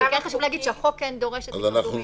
אבל כן חשוב להגיד שהחוק כן דורש -- -מידע.